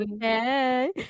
Hey